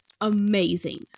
amazing